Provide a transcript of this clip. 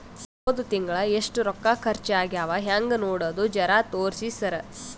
ಹೊದ ತಿಂಗಳ ಎಷ್ಟ ರೊಕ್ಕ ಖರ್ಚಾ ಆಗ್ಯಾವ ಹೆಂಗ ನೋಡದು ಜರಾ ತೋರ್ಸಿ ಸರಾ?